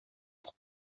pour